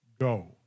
go